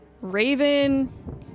Raven